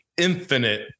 infinite